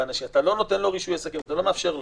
אתה לא נותן לו רישוי עסקים, אתה לא מאפשר לו.